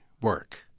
work